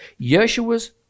Yeshua's